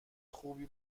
خوبی